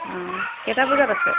কেইটা বজাত আছে